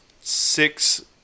six